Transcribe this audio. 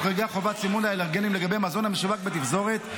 הקובע חובת סימון לאלרגנים לגבי מזון המשווק בתפזורת,